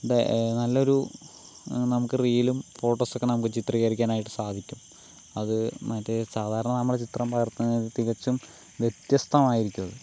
അത് നല്ലൊരു നമുക്ക് റീലും ഫോട്ടോസൊക്കെ നമുക്ക് ചിത്രീകരിക്കാനായിട്ട് സാധിക്കും അത് മറ്റേ സാധാരണ നമ്മൾ ചിത്രം പകർത്തുന്നതിൽ തികച്ചും വ്യത്യസ്തമായിരിക്കും അത്